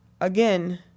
again